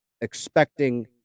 expecting